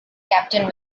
captain